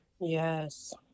Yes